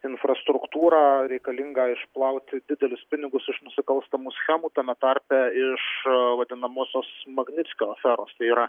infrastruktūrą reikalingą išplauti didelius pinigus iš nusikalstamų schemų tame tarpe iš vadinamosios magnickio aferos tai yra